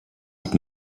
hat